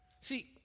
See